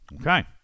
Okay